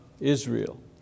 Israel